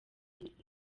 imvura